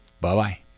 Bye-bye